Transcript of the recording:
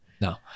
No